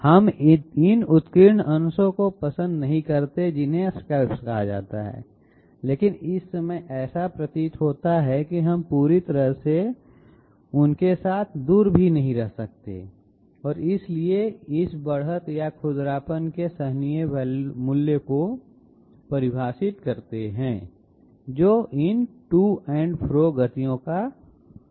हम इन उत्कीर्ण अंशों को पसंद नहीं करते जिन्हें स्कैलप्स कहा जाता है लेकिन इस समय ऐसा प्रतीत होता है कि हम पूरी तरह से उनके साथ दूर नहीं कर सकते हैं और इसलिए हम इस बढ़त या खुरदरापन के एक सहनीय मूल्य को परिभाषित करते हैं जो इन टू एंड फ्रो गतियों का परिणाम है